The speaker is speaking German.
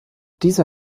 dieser